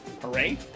hooray